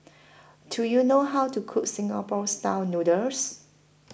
Do YOU know How to Cook Singapore Style Noodles